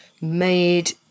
made